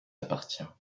appartient